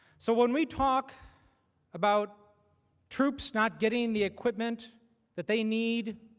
so when we talk about troops not getting the equipment that they need